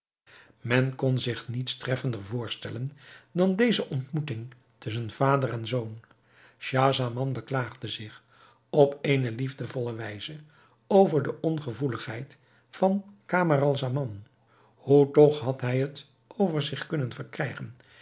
men kon zich niets treffender voorstellen dan deze ontmoeting tusschen vader en zoon schahzaman beklaagde zich op eene liefdevolle wijze over de ongevoeligheid van camaralzaman hoe toch had hij het over zich kunnen verkrijgen